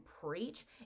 preach